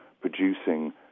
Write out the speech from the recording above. producing